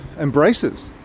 embraces